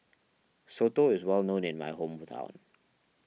Soto is well known in my hometown